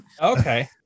Okay